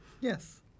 Yes